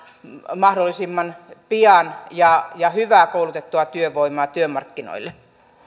mahdollisimman pian ja ja hyvää koulutettua työvoimaa työmarkkinoille